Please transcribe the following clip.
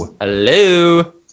Hello